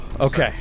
Okay